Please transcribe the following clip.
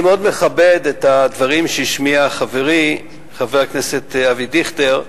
אני מאוד מכבד את הדברים שהשמיע חברי חבר הכנסת אבי דיכטר,